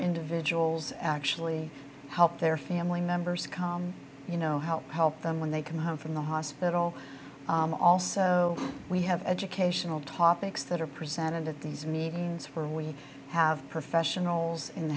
individuals actually help their family members come you know help help them when they come home from the hospital also we have educational topics that are presented at these meetings for we have professionals in